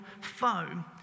foe